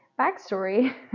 Backstory